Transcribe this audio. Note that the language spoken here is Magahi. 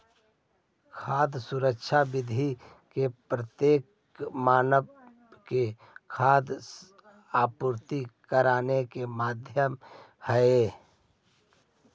खाद्य सुरक्षा विश्व के प्रत्येक मानव के खाद्य आपूर्ति कराबे के माध्यम हई